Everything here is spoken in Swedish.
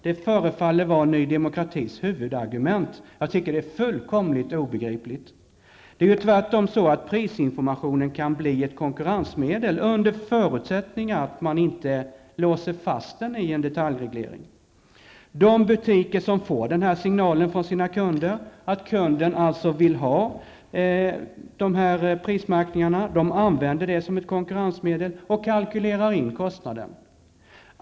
Det förefaller vara Ny Demokratis huvudargument. Det tycker jag är fullkomligt obegripligt. Det är ju tvärtom så, att prisinformationen kan bli ett konkurrensmedel under förutsättning att man inte låser fast den i en detaljreglering. De butiker som får den här signalen från sina kunder, dvs. att kunden vill ha dessa prismärkningar, använder detta som ett konkurrensmedel och kalkylerar in kostnaden.